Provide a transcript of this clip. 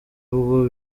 bwo